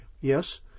Yes